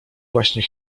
właśnie